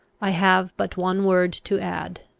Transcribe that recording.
i have but one word to add.